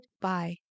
Bye